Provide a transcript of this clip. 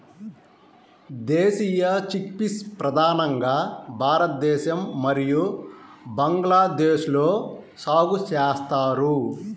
దేశీయ చిక్పీస్ ప్రధానంగా భారతదేశం మరియు బంగ్లాదేశ్లో సాగు చేస్తారు